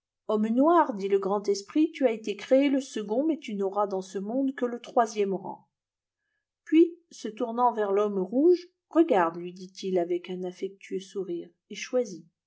homme noir dit le grand esprit tu as été créé le second mais tu n'auras dans ce monde que le troisième rang puis se tournant vers l'homme rouge regarde lui dit-il avec un afléctueux sourire et choisis